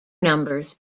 numbers